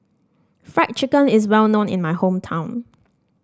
Fried Chicken is well known in my hometown